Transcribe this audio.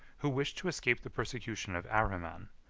who wished to escape the persecution of ahriman,